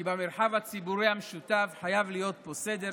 כי במרחב הציבורי המשותף חייב להיות סדר,